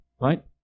right